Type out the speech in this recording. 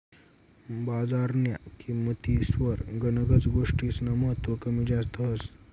बजारन्या किंमतीस्वर गनच गोष्टीस्नं महत्व कमी जास्त व्हस